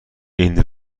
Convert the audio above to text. این